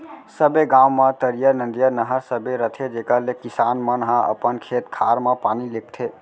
सबे गॉंव म तरिया, नदिया, नहर सबे रथे जेकर ले किसान मन ह अपन खेत खार म पानी लेगथें